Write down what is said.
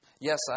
Yes